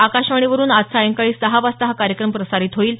आकाशवाणीवरून आज सायंकाळी सहा वाजता हा कार्यक्रम प्रसारित होईल